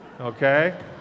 Okay